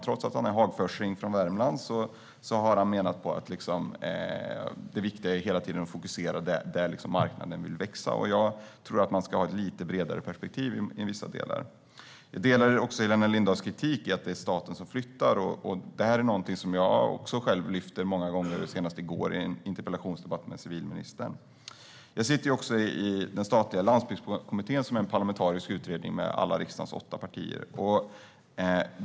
Trots att han är från Hagfors i Värmland har han menat att det viktiga hela tiden är att fokusera där marknaden vill växa. Jag tror att man ska ha ett lite bredare perspektiv i vissa delar. Jag delar även Helena Lindahls kritik beträffande att det är staten som flyttar. Det är någonting som jag också många gånger har lyft fram, senast i går i en interpellationsdebatt med civilministern. Jag sitter också i den statliga landsbygdskommittén, som är en parlamentarisk utredning med riksdagens alla åtta partier.